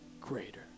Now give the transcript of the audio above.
greater